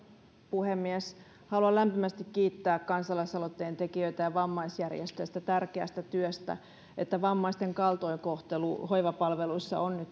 puhemies haluan lämpimästi kiittää kansalaisaloitteen tekijöitä ja vammaisjärjestöjä tästä tärkeästä työstä että vammaisten kaltoinkohtelu hoivapalveluissa on